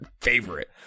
favorite